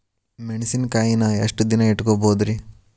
ಮೆಣಸಿನಕಾಯಿನಾ ಎಷ್ಟ ದಿನ ಇಟ್ಕೋಬೊದ್ರೇ?